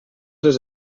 les